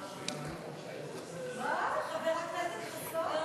מה, חבר הכנסת חסון?